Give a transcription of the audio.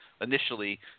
initially